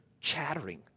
chattering